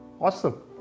Awesome